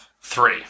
three